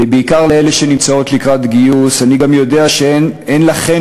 ובעיקר לאלה שנמצאות לקראת גיוס: אני יודע שאין לכן